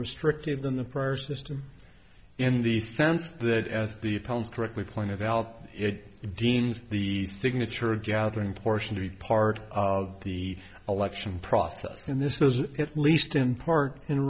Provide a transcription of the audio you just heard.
restrictive than the prior system in the sense that as the polls correctly pointed out it deems the signature of gathering portion to be part of the election process and this is the least in part in